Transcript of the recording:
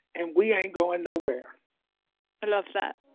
and we ain't going nowhere i love that.